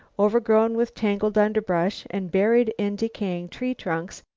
overgrown with tangled underbrush and buried in decaying tree-trunks,